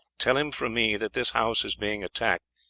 tell him from me that this house is being attacked,